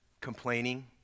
Complaining